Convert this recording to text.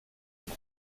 und